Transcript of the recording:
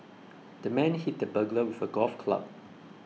the man hit the burglar with a golf club